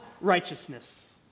righteousness